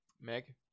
Meg